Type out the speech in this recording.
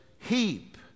heap